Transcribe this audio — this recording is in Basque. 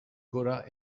gora